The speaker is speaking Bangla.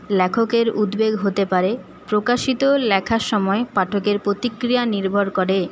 লেখকের উদ্বেগ হতে পারে প্রকাশিত লেখার সময়ে পাঠকের প্রতিক্রিয়া নির্ভর করে